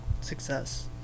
success